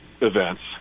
events